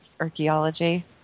archaeology